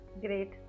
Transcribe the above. Great